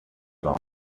long